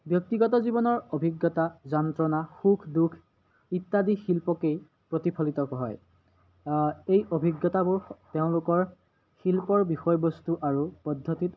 ব্যক্তিগত জীৱনৰ অভিজ্ঞতা যন্ত্ৰনা সুখ দুখ ইত্যাদি শিল্পকেই প্ৰতিফলিত হয় এই অভিজ্ঞতাবোৰ তেওঁলোকৰ শিল্পৰ বিষয়বস্তু আৰু পদ্ধতিত